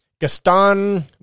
gaston